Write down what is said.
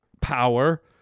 power